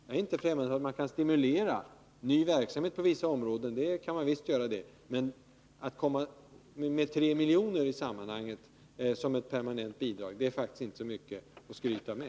Jag är inte främmande för att stimulera ny verksamhet på vissa områden, men att föreslå 3 miljoner som ett permanent bidrag är faktiskt inte så mycket att skryta med.